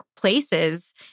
places